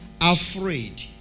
Afraid